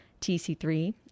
TC3